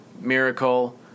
Miracle